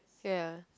ya